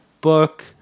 book